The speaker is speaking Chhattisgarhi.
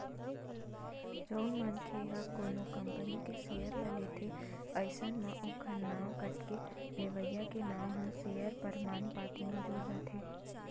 जउन मनखे ह कोनो कंपनी के सेयर ल लेथे अइसन म ओखर नांव कटके लेवइया के नांव ह सेयर परमान पाती म जुड़ जाथे